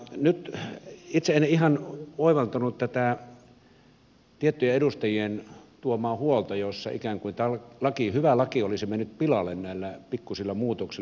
nyt itse en ihan oivaltanut tätä tiettyjen edustajien tuomaa huolta jossa ikään kuin tämä hyvä laki olisi mennyt pilalle näillä pikkuisilla muutoksilla